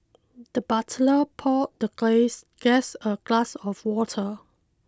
the butler poured the ghost guest a glass of water